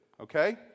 okay